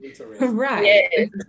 Right